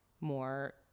more